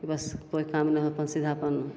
बस कोइ काम नहि हऽ अपन सीधा अपन